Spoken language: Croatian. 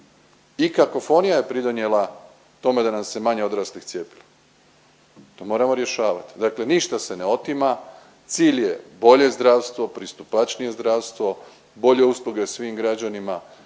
I kakofonija je pridonijela tome da nam se manje odraslih cijepi, to moramo rješavati, dakle ništa se ne otima, cilj je bolje zdravstvo, pristupačnije zdravstvo, bolje usluge svim građanima,